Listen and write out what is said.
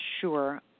Sure